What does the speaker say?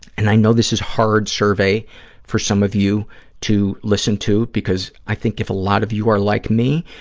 and i know this is a hard survey for some of you to listen to because i think if a lot of you are like me,